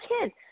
kids